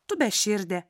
tu beširdė